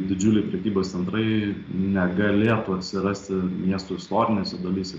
didžiuliai prekybos centrai negalėtų atsirasti miestų istorinėse dalyse